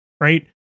Right